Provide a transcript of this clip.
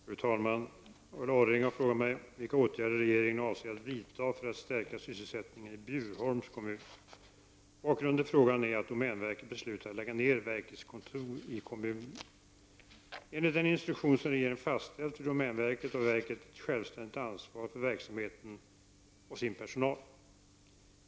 Fru talman! Ulla Orring har frågat mig vilka åtgärder regeringen avser att vidta för att stärka sysselsättningen i Bjurholms kommun. Bakgrunden till frågan är att domänverket beslutat att lägga ner verkets kontor i kommunen. Enligt den instruktion som regeringen fastställt för domänverket har verket ett självständigt ansvar för verksamheten och sin personal.